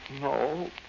no